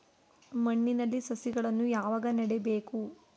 ಮಣ್ಣಿನಲ್ಲಿ ಸಸಿಗಳನ್ನು ಯಾವಾಗ ನೆಡಬೇಕು?